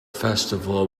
festival